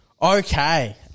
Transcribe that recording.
Okay